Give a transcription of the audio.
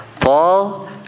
Paul